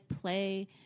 play